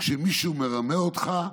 כשמישהו מרמה אותך,